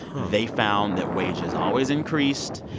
they found that wages always increased.